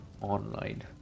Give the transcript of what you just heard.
online